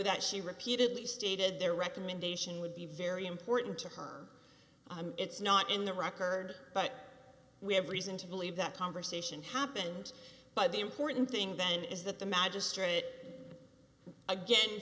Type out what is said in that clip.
that she repeatedly stated their recommendation would be very important to her it's not in the record but we have reason to believe that conversation happened but the important thing then is that the mag